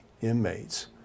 inmates